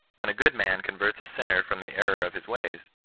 when a good man converts a smner from the error of his ways,